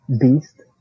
beast